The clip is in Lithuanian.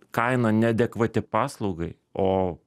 kaina neadekvati paslaugai o